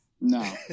No